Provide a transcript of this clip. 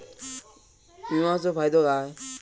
विमाचो फायदो काय?